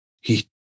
He